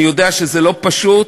אני יודע שזה לא פשוט,